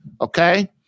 Okay